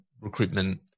recruitment